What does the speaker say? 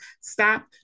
Stop